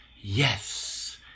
yes